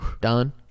done